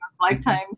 lifetimes